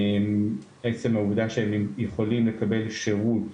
עצם העובדה שהם יכולים לקבל שירות